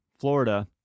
Florida